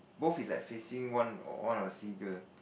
both is like facing one one of the seagull